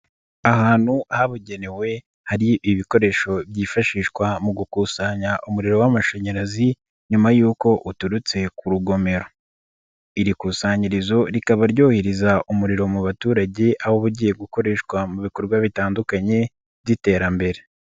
Ahantu habugenewe, hari ibikoresho byifashishwa mu gukusanya umuriro w'amashanyarazi, nyuma y'uko uturutse ku rugomero, iri kusanyirizo rikaba ryohereza umuriro mu baturage, aho ubu ugiye gukoreshwa mu bikorwa bitandukanye by'iterambere.